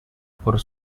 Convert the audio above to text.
por